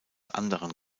anderen